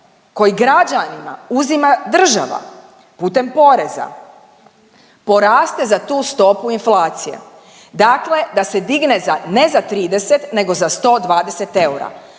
koji građanima uzima država putem poreza poraste za tu stopu inflacije. Dakle, da se digne za, ne za 30 nego za 120 eura.